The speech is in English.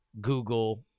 Google